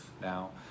Now